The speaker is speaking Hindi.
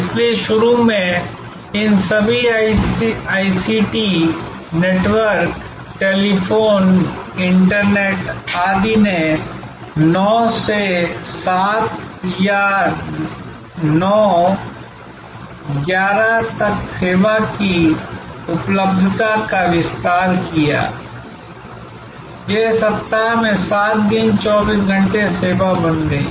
इसलिए शुरू में इन सभी आईसीटी नेटवर्क टेलीफोन इंटरनेट आदि ने 9 से 7 या 9 11 तक सेवा की उपलब्धता का विस्तार किया यह सप्ताह में 7 दिन 24 घंटे सेवा बन गई